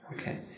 Okay